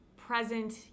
present